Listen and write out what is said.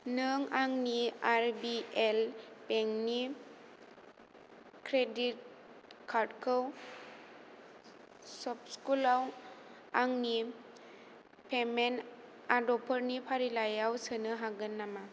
नों आंनि R B L बेंकनि क्रेडिट कार्डखौ सपक्लुसाव आंनि पेमेन्ट आदबफोरनि फारिलाइयाव सोनो हागोन नामा